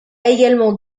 également